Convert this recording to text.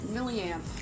Milliamp